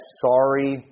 sorry